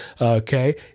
Okay